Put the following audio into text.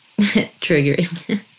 triggering